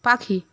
পাখি